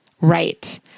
Right